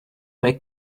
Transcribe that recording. wake